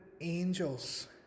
angels